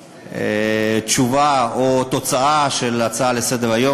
התשובה או התוצאה של ההצעה לסדר-היום,